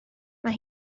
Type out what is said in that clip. mae